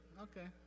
okay